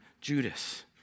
judas